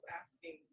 asking